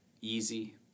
easy